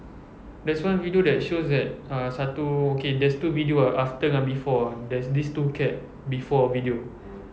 there's one video that shows that uh satu okay there's two video ah after dengan before ah there's this two cat before video